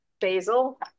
basil